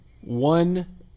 One